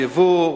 ייבוא: